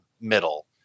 middle